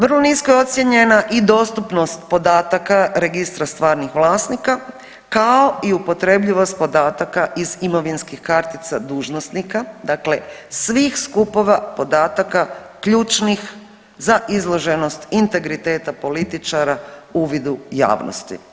Vrlo nisko je ocijenjena i dostupnost podataka registra stvarnih vlasnika kao i upotrebljivost podataka i imovinskih kartica dužnosnika, dakle svih skupova podataka ključnih za izloženost integriteta političara uvidu javnosti.